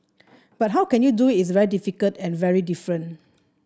but how you can do it is very difficult and very different